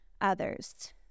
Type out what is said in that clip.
others